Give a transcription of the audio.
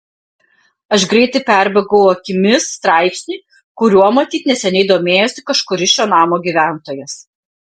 aš greitai perbėgau akimis straipsnį kuriuo matyt neseniai domėjosi kažkuris šio namo gyventojas